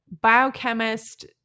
biochemist